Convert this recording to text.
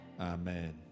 amen